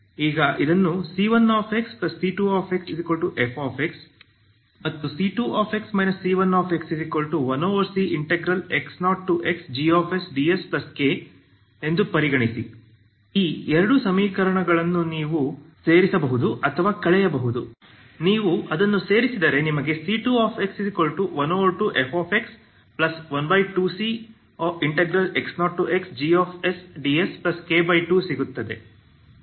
ಈಗ ಇದನ್ನು c1xc2xfx ಮತ್ತು c2x c1x1cx0xgsdsK ಪರಿಗಣಿಸಿ ಈ ಎರಡು ಸಮೀಕರಣಗಳನ್ನು ನೀವು ಸೇರಿಸಬಹುದು ಅಥವಾ ಕಳೆಯಬಹುದು ನೀವು ಅದನ್ನು ಸೇರಿಸಿದರೆ ನಿಮಗೆ c2x12fx12cx0xgsdsK2ಸಿಗುತ್ತದೆ